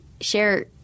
share